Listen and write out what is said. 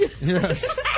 Yes